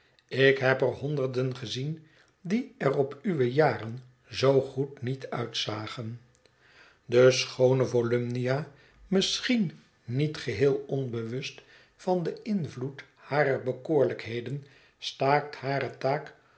ik heb er honderden gezien die er op uwe jaren zoo goed niet uitzagen de schoone volumnia misschien niet geheel onbewust van den invloed harer bekoorlijkheden staakt hare taak